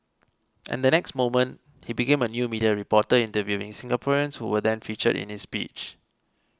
and the next moment he became a new media reporter interviewing Singaporeans who were then featured in his speech